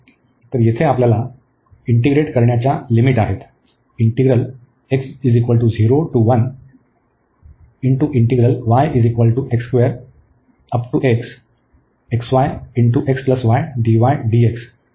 तर येथे आपल्यास येथे इंटीग्रेट करण्याच्या लिमिट आहेत